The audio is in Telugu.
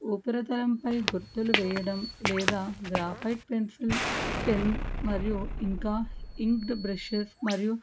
ఉపరితలంపై గుర్తులు వేయడం లేదా గ్రాఫైట్ పెన్సిల్ పెన్ మరియు ఇంకా ఇంక్డ్ బ్రుషెస్ మరియు